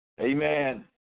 Amen